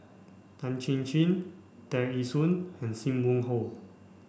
Tan Chin Chin Tear Ee Soon and Sim Wong Hoo